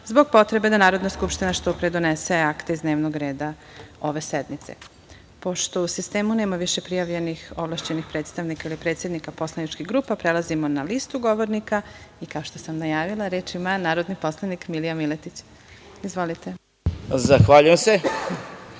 zbog potrebe da Narodna skupština što pre donese akte iz dnevnog reda ove sednice. Pošto u sistemu nema više prijavljenih ovlašćenih predstavnika ili predsednik poslaničkih grupa, prelazimo na listu govornika. Kao što sam najavila, reč ima narodni poslanik Milija